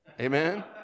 amen